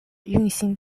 运行